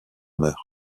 meurt